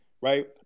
right